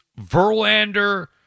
Verlander